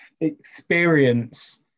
experience